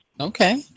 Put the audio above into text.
Okay